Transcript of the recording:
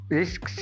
risk